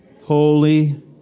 Holy